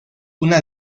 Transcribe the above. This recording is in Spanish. una